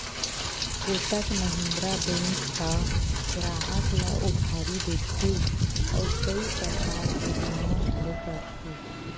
Kotak Mahindra bank ह गराहक ल उधारी देथे अउ कइ परकार के बीमा घलो करथे